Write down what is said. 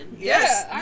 Yes